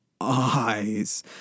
eyes